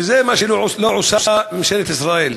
וזה מה שלא עושה ממשלת ישראל.